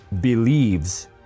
believes